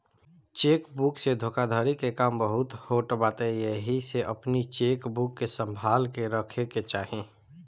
check book से धोखाधड़ी के काम बहुते होत बाटे एही से अपनी चेकबुक के संभाल के रखे के चाही